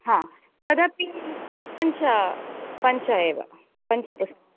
हा तदपि पञ्च पञ्च एव पञ्चपुस्तकं